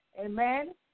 Amen